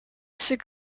ses